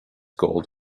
gold